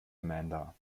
amanda